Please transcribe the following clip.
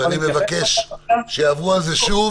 אז אני מבקש שיחשבו על זה שוב.